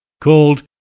called